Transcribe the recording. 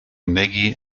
maggie